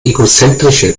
egozentrische